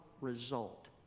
result